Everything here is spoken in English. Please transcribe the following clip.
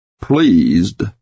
pleased